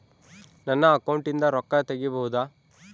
ನನ್ನ ಅಕೌಂಟಿಂದ ರೊಕ್ಕ ತಗಿಬಹುದಾ?